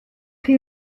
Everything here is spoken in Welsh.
chi